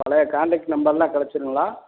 பழைய காண்டாக்ட் நம்பரெலாம் கிடைச்சிடுங்களா